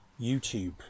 YouTube